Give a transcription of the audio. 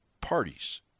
parties